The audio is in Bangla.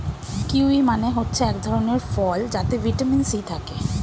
কিউয়ি মানে হচ্ছে এক ধরণের ফল যাতে ভিটামিন সি থাকে